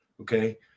Okay